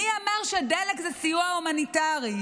מי אמר שדלק זה סיוע הומניטרי?